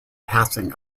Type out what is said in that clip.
passing